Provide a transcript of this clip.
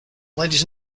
ladies